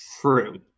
True